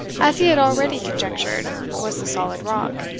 as he had already conjectured, was the solid rock,